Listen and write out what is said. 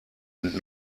and